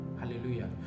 hallelujah